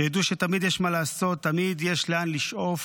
שידעו שתמיד יש מה לעשות, תמיד יש לאן לשאוף,